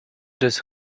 das